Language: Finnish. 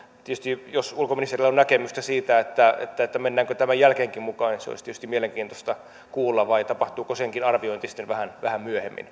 tietysti jos ulkoministerillä on näkemystä siitä mennäänkö tämän jälkeenkin mukaan niin se olisi tietysti mielenkiintoista kuulla vai tapahtuuko senkin arviointi sitten vasta vähän myöhemmin